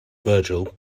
virgil